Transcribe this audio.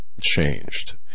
changed